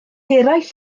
eraill